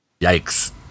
yikes